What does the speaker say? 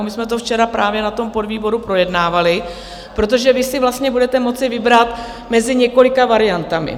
My jsme to včera právě na tom podvýboru projednávali, protože vy si vlastně budete moci vybrat mezi několika variantami.